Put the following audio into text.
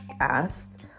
asked